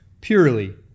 purely